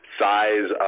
size